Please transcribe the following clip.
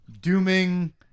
dooming